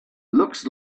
looks